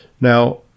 Now